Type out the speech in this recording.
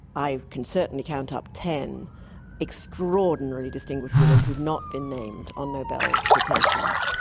i can certainly count up ten extraordinarily distinguished women who have not been named on nobel citations.